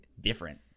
different